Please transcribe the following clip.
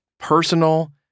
Personal